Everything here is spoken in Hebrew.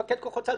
מפקד כוחות צה"ל,